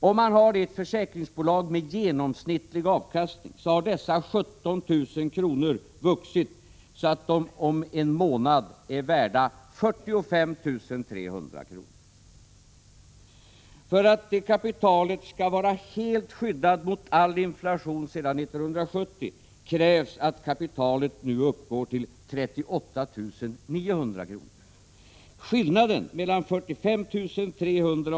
I ett försäkringsbolag med genomsnittlig avkastning har dessa 17 000 kr. vuxit så att de om en månad är värda 45 300 kr. För att det kapitalet skall vara helt skyddat mot all inflation sedan 1970 krävs att det nu uppgår till 38 900 kr. Skillnaden mellan 45 300 kr.